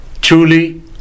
truly